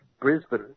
Brisbane